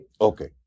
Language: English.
Okay